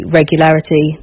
regularity